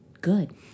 good